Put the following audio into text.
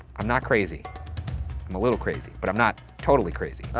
i'm not crazy. i'm a little crazy. but i'm not totally crazy.